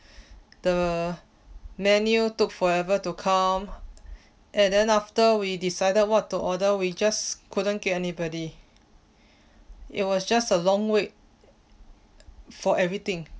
the menu took forever to come and then after we decided what to order we just couldn't get anybody it was just a long wait for everything